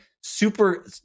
super